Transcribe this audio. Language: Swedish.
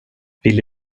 ville